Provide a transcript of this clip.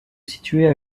situait